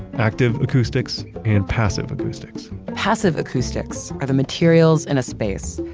active acoustics and passive acoustics passive acoustics are the materials in a space,